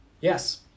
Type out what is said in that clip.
Yes